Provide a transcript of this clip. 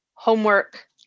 homework